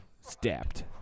stabbed